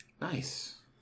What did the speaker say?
Nice